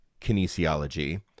kinesiology